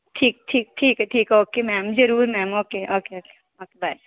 ਠੀਕ ਠੀਕ ਠੀਕ ਹੈ ਠੀਕ ਹੈ ਓਕੇ ਮੈਮ ਜ਼ਰੂਰ ma'am okay okay okay okay bye